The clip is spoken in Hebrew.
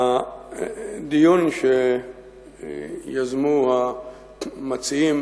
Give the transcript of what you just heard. הדיון שיזמו המציעים